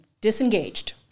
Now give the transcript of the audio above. disengaged